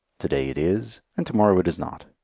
to-day it is, and to-morrow it is not.